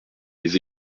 les